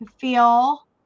feel